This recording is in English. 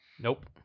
Nope